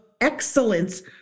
excellence